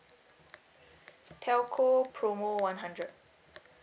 telco promo one hundred